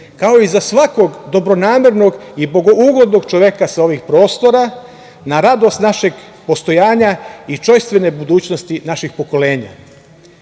kao i za svakog dobronamernog i bogougodnog čoveka sa ovih prostora, na radost našeg postojanja i čojstvene budućnosti naših pokolenja. Sveti